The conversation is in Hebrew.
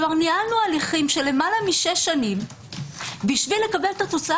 כלומר ניהלנו הליכים של למעלה משש שנים בשביל לקבל את התוצאה